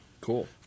Cool